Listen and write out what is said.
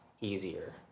easier